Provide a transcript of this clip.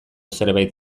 zerbait